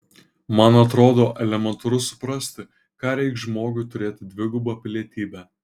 man atrodo elementaru suprasti ką reikš žmogui turėti dvigubą pilietybę